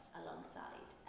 alongside